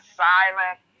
silent